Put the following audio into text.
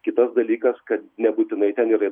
kitas dalykas kad nebūtinai ten yra